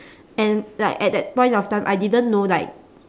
and like at that point of time I didn't know like